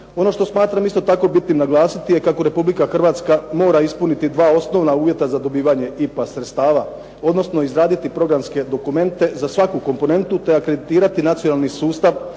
Ono što smatram bitnim naglasiti je kako Republika Hrvatske mora ispuniti dva osnovna uvjeta za dobivanje IPA sredstava. Odnosno izraditi programske dokumente za svaku komponentu te akreditirati nacionalni sustav